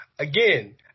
Again